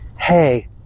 Hey